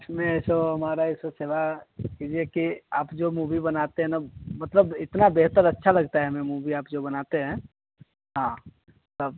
इसमें है सो हमारा ऐसे सेवा कीजिए कि आप जो मुवी बनाते हैं ना मतलब इतना बेहतर अच्छा लगता है हमें मुवी आप जो बनाते हैं हाँ सब